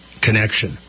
connection